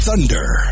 Thunder